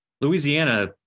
Louisiana